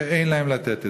שאין להם לתת,